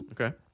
Okay